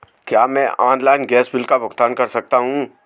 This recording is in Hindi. क्या मैं ऑनलाइन गैस बिल का भुगतान कर सकता हूँ?